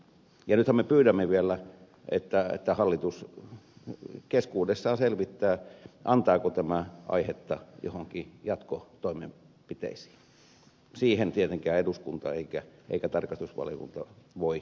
nythän me pyydämme vielä että hallitus keskuudessaan selvittää antaako tämä aihetta joihinkin jatkotoimenpiteisiin joihin ei tietenkään eduskunta eikä tarkastusvaliokunta voi ryhtyä